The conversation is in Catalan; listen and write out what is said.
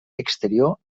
exterior